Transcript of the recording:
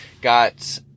got